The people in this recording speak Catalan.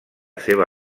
seva